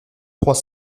trois